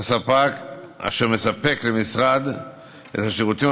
הספק אשר מספק למשרד את השירותים